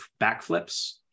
backflips